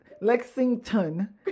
Lexington